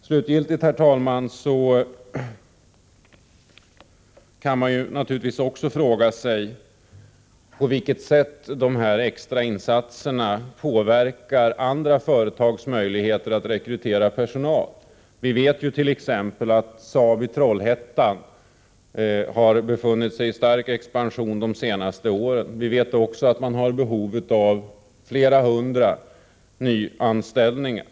Slutligen, herr talman, kan man naturligtvis också fråga sig på vilket sätt de extra insatserna påverkar andra företags möjligheter att rekrytera personal. Vi vett.ex. att Saabi Trollhättan har befunnit sig i stark expansion de senaste åren. Vi vet också att man där har behov av flera hundra nyanställningar.